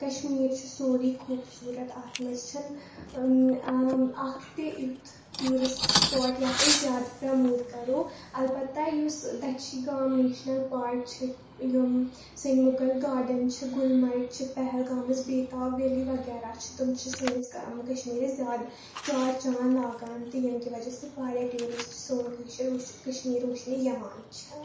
کَشمیٖر چھُ سورُے خوٗبصوٗرت اَتھ منٛز چھَ نہٕ اَکھ تہِ یُتھ ٹیٛوٗرِسٹ سُپاٹ یَتھ أسۍ زیادٕ پرٛموٹ کَرو البتہ یُس دٔچھی گام نیشنَل پارک چھِ یِم سٲنۍ مُغل گارڈَن چھِ گُلمرگ چھِ پہلگامٕچ بیتاب ویلی وغیرہ چھِ تِم چھِ سٲنِس کشمیٖرَس زیادٕ چار چانٛد لاگان تہٕ ییٚمہِ کہِ وجہ سۭتۍ واریاہ ٹیٛوٗرِسٹہٕ سون کٔشیٖر وُچھِتھ کشمیٖر وُچھنہٕ یِوان چھِ